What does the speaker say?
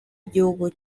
igihugu